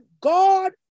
God